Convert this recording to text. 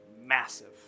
massive